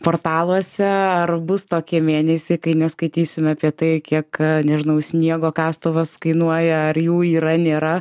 portaluose ar bus tokie mėnesiai kai neskaitysime apie tai kiek nežinau sniego kastuvas kainuoja ar jų yra nėra